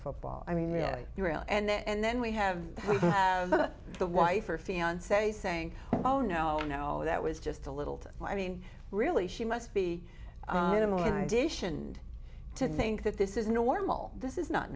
football i mean it and then we have the wife or fiance saying oh no no that was just a little too i mean really she must be animal and i dish and to think that this is normal this is not